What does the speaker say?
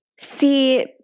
See